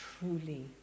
truly